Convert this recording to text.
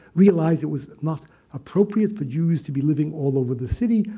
realized it was not appropriate for jews to be living all over the city.